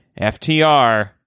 FTR